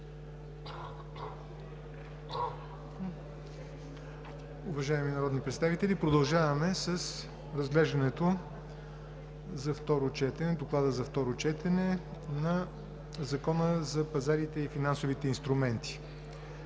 Уважаеми народни представители, продължаваме с разглеждането по Доклада на второ четене на Законопроекта за пазарите на финансовите инструменти.